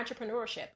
entrepreneurship